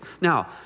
Now